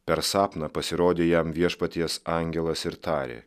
per sapną pasirodė jam viešpaties angelas ir tarė